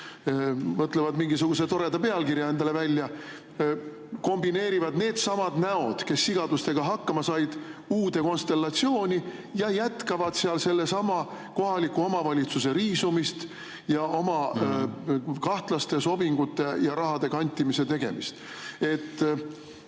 mõtlevad mingisuguse toreda pealkirja endale välja. Kombineerivad needsamad näod, kes sigadustega hakkama said, uude konstellatsiooni ja jätkavad seal sellesama kohaliku omavalitsuse riisumist ja oma kahtlaste sobingute tegemist ja rahade kantimist.